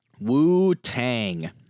Wu-Tang